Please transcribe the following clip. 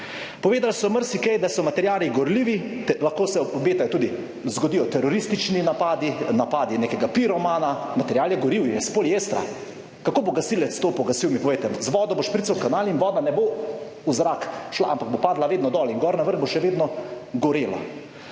Povedali so marsikaj, da so materiali gorljivi, lahko se obetajo tudi, zgodijo teroristični napadi, napadi nekega piromana, material je, gorljiv, je iz poliestra. Kako bo gasilec to pogasil, mi povejte, z vodo bo šprical kanal in voda ne bo v zrak šla, ampak bo padla vedno dol, in gor na vrhu še vedno gorela.